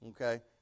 Okay